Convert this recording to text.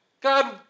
God